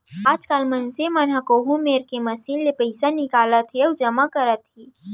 आजकाल मनसे मन कोहूँ मेर के मसीन ले पइसा निकालत हें अउ जमा करत हें